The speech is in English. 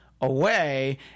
away